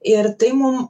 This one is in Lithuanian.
ir tai mum